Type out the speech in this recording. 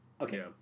Okay